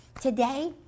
Today